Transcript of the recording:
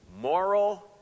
Moral